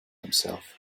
himself